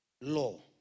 law